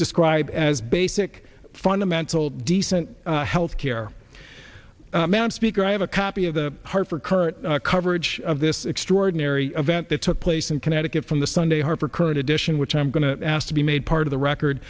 describe as basic fundamental decent health care man speaker i have a copy of the hartford current coverage of this extraordinary event that took place in connecticut from the sunday harper current edition which i'm going to ask to be made part of the record